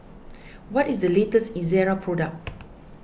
what is the latest Ezerra product